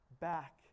back